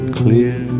clear